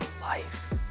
life